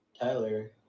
Tyler